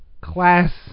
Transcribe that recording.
class